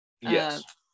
yes